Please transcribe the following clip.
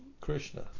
Krishna